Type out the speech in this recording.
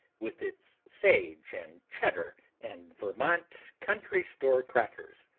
with its sage and cheddar and vermont country store crackers,